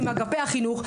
עם אגפי החינוך,